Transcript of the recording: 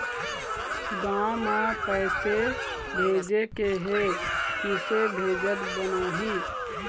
गांव म पैसे भेजेके हे, किसे भेजत बनाहि?